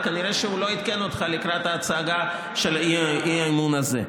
וכנראה שהוא לא עדכן אותך לקראת ההצגה של האי-אמון הזה.